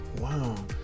Wow